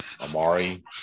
Amari